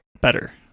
better